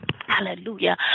hallelujah